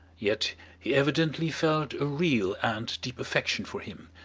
yet he evidently felt a real and deep affection for him,